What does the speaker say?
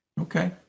okay